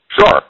Sure